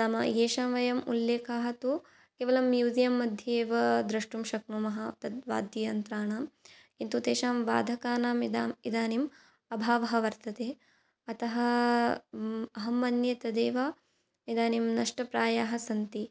नाम येषां वयम् उल्लेखः तु केवलं म्यूज़ियम् मध्ये एव द्रष्टुं शक्नुमः तद्वाद्ययन्त्राणां किन्तु तेषां वाधकानाम् इदम् इदानीम् अभावः वर्तते अतः अहं मन्ये तदेव इदानीं नष्टप्रायाः सन्ति